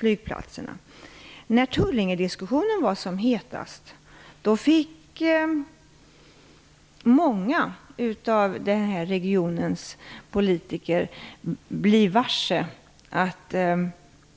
När diskussionen om Tullinge var som hetast fick många av regionens politiker bli varse att det